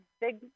big